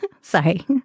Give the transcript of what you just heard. Sorry